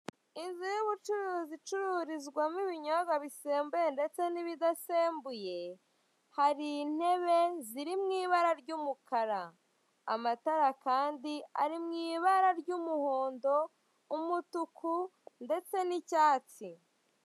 Inzu y'ubucuruzi icururizwamo ibinyobwa bisembuye ndetse n'ibidasembuye hari intebe ziri mu ibara ry'umukara, amatara kandi ari mu ibara ry'umuhondo, umutuku ndetse n'icyatsi.